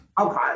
Okay